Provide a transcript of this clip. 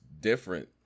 different